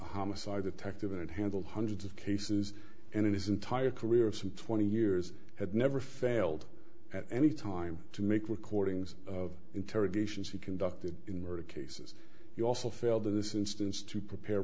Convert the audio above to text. homicide detective it handled hundreds of cases and in his entire career of some twenty years had never failed at any time to make recordings of interrogations he conducted in murder cases you also